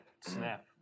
snap